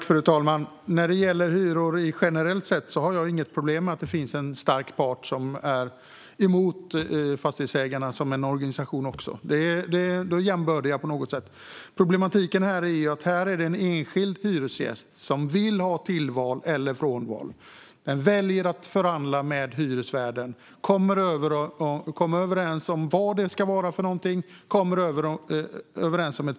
Fru talman! När det gäller hyror generellt sett har jag inget problem med att det finns en stark motpart till Fastighetsägarna, som också är en organisation. De är jämbördiga. En enskild hyresgäst som vill göra tillval eller frånval ska kunna välja att förhandla med hyresvärden och komma överens om vad det ska vara för något och om priset.